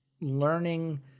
learning